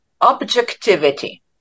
objectivity